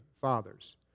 fathers